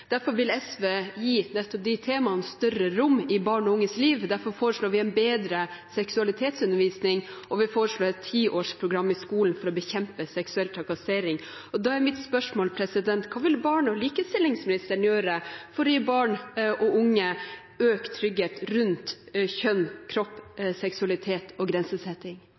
Derfor vil SV gi nettopp de temaene større rom i barns og unges liv, og derfor foreslår vi en bedre seksualitetsundervisning, og vi foreslår et ti års program i skolen for å bekjempe seksuell trakassering. Og da er mitt spørsmål: Hva vil barne- og likestillingsministeren gjøre for å gi barn og unge økt trygghet rundt kjønn, kropp, seksualitet og grensesetting?